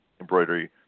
embroidery